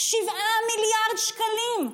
7 מיליארד שקלים.